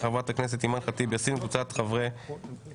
של חברת הכנסת אימאן ח'טיב יאסין וקבוצת חברי כנסת.